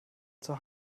zur